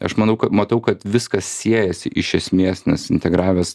aš manau kad matau kad viskas siejasi iš esmės nes integravęs